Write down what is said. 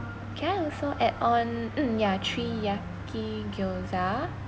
can I also add on mm ya three yaki gyoza